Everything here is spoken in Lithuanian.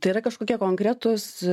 tai yra kažkokie konkretūs